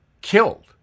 killed